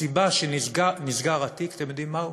הסיבה שבגללה נסגר התיק, אתם יודעים מה היא?